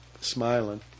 Smiling